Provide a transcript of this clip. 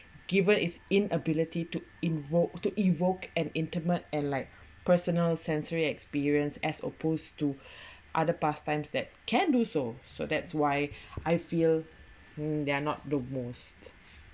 given his inability to invoke to evoke and intimate and like personal sensory experience as opposed to other pastimes that can do so so that's why I feel they are not the most